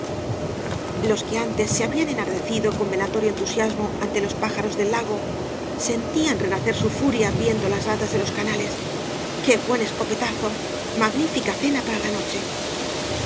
los que antea se habían enardecido con venatorio entusiasmo ante los pájaros del lago sentían renacer su furia viendo las ratas de los canales iqué buen escopetazo magnífica cena para la nochel